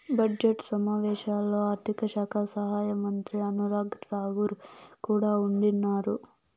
budget సమావేశాల్లో ఆర్థిక శాఖ సహాయమంత్రి అనురాగ్ రాకూర్ కూడా ఉండిన్నాడు